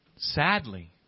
Sadly